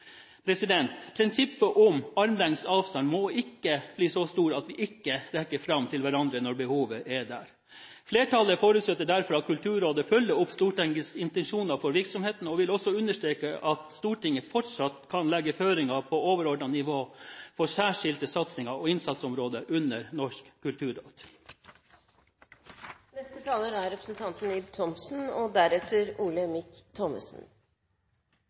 prinsippet om armlengdes avstand, må ikke den bli så stor at vi ikke rekker fram til hverandre når behovet er der. Flertallet forutsetter derfor at Kulturrådet følger opp Stortingets intensjoner for virksomheten, og vil også understreke at Stortinget fortsatt kan legge føringer på overordnet nivå for særskilte satsinger og innsatsområder under Norsk